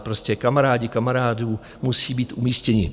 Prostě kamarádi kamarádů musí být umístěni.